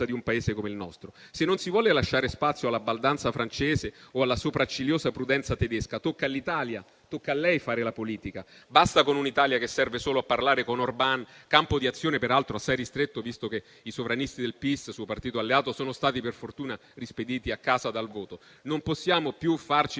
di un Paese come il nostro. Se non si vuole lasciare spazio alla baldanza francese o alla sopraccigliosa prudenza tedesca, tocca all'Italia, tocca a lei fare la politica. Basta con un'Italia che serve solo a parlare con Orbán, campo di azione peraltro assai ristretto, visto che i sovranisti del PIS, suo partito alleato, sono stati per fortuna rispediti a casa dal voto. Non possiamo più farci